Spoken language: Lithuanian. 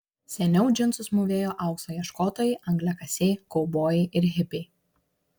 seniau džinsus mūvėjo aukso ieškotojai angliakasiai kaubojai ir hipiai